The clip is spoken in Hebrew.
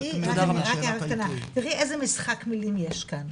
רק הערה קטנה, תראי איזה משחק מילים יש כאן.